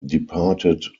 departed